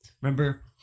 remember